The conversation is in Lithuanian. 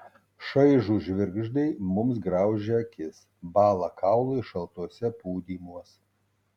šaižūs žvirgždai mums graužia akis bąla kaulai šaltuose pūdymuos